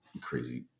crazy